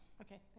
Okay